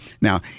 Now